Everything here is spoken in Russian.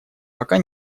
пока